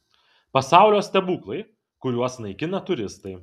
pasaulio stebuklai kuriuos naikina turistai